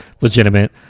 legitimate